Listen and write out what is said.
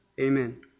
amen